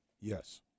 Yes